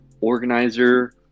organizer